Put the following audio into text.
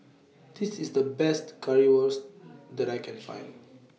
This IS The Best Currywurst that I Can Find